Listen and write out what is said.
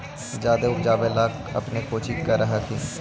जादे उपजाबे ले अपने कौची कौची कर हखिन?